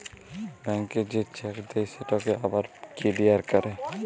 ব্যাংকে যে চ্যাক দেই সেটকে আবার কিলিয়ার ক্যরে